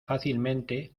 fácilmente